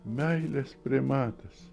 meilės primatas